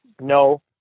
No